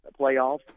playoffs